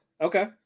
Okay